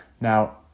Now